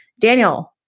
daniel,